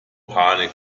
panik